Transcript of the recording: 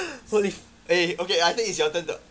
holy f~ eh okay I think it's your turn to